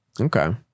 Okay